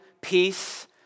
peace